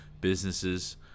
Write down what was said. businesses